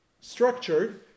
structured